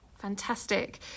Fantastic